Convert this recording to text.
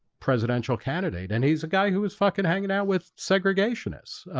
presidential candidate and he's a guy who was fucking hanging out with segregationists.